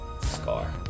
scar